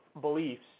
beliefs